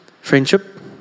Friendship